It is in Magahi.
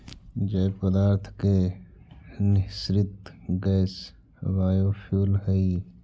जैव पदार्थ के निःसृत गैस बायोफ्यूल हई